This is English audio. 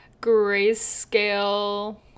grayscale